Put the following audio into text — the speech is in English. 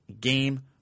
game